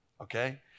Okay